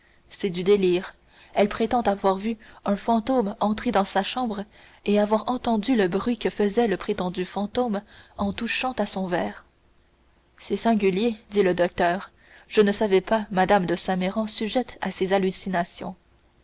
c'est du délire elle prétend avoir vu un fantôme entrer dans sa chambre et avoir entendu le bruit que faisait le prétendu fantôme en touchant à son verre c'est singulier dit le docteur je ne savais pas mme de saint méran sujette à ces hallucinations